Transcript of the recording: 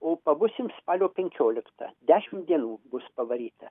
o pabusim spalio penkioliktą dešim dienų bus pavaryta